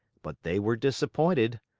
but they were disappointed,